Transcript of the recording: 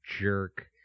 jerk